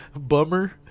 bummer